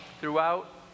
throughout